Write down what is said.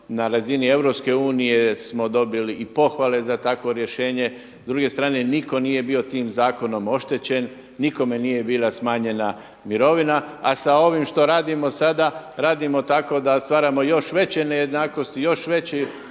unije smo dobili i pohvale za takvo rješenje. S druge strane nitko nije bio tim zakonom oštećen, nikome nije bila smanjena mirovina, a s ovim što radimo sada radimo tako da stvaramo još veće nejednakosti, još veći